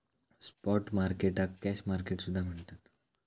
spot मार्केटाक cash market सुद्धा म्हणतत